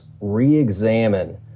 re-examine